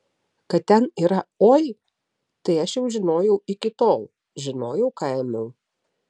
kad ten yra oi tai aš jau žinojau iki tol žinojau ką ėmiau